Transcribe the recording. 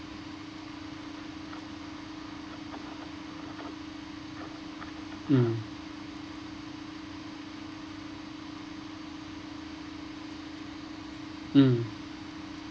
mm mm